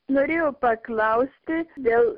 norėjau paklausti dėl